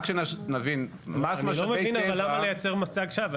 אני לא מבין למה לייצר מצג שווא.